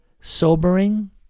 sobering